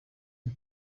and